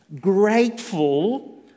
grateful